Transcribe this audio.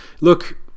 look